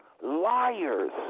Liars